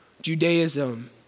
Judaism